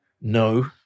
no